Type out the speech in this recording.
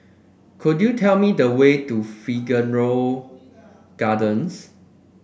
could you tell me the way to Figaro Gardens